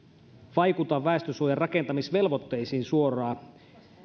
vaikuta väestönsuojan rakentamisvelvoitteisiin suoraan